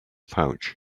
pouch